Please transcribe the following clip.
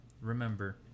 remember